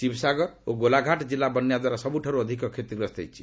ଶିବସାଗର ଓ ଗୋଲାଘାଟ ଜିଲ୍ଲା ବନ୍ୟାଦ୍ୱାରା ସବୁଠାରୁ ଅଧିକ କ୍ଷତିଗ୍ରସ୍ତ ହୋଇଛି